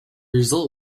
result